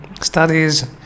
studies